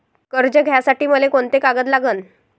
कर्ज घ्यासाठी मले कोंते कागद लागन?